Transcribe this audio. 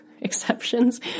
exceptions